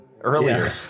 earlier